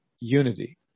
unity